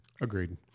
Agreed